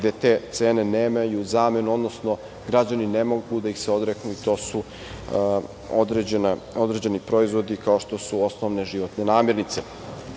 gde te cene nemaju zamenu, odnosno građani ne mogu da ih se odreknu i to su određeni proizvodi, kao što su osnovne životne namirnice. Kada